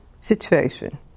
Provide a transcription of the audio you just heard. situation